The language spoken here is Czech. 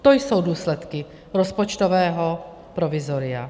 To jsou důsledky rozpočtového provizoria.